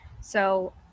So-